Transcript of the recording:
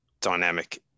dynamic